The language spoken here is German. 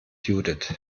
judith